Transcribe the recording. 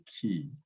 key